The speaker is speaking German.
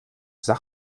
stück